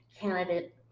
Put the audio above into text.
candidate